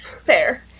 Fair